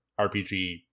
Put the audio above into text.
rpg